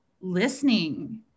listening